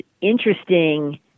interesting